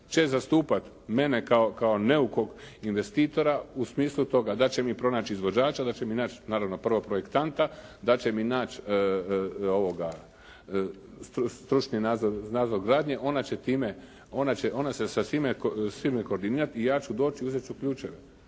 će zastupat mene kao neukog investitora u smislu toga da će mi pronaći izvođača, da će mi naći naravno prvo projektanta, da će mi naći stručni nadzor gradnje. Ona će se sa svime koordinirat i ja ću doći i uzet ću ključeve.